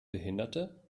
behinderte